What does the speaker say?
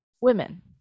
women